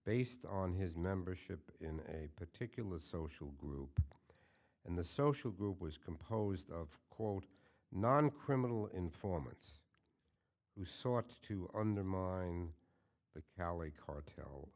based on his membership in a particular social group and the social group was composed of quote non criminal informants who sought to undermine the cali cartel